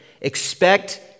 expect